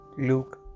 Luke